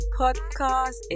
podcast